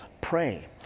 Pray